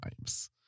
times